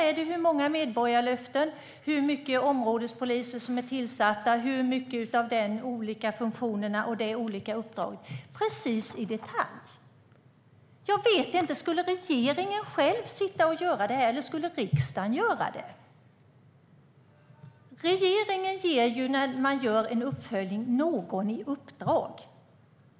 Där tas upp medborgarlöften, hur många områdespoliser som har tillsatts, funktioner och uppdrag. Det är precis i detalj. Ska regeringen eller riksdagen göra detta själva? När en uppföljning ska göras ger regeringen någon ett uppdrag.